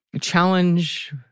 challenge